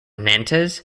nantes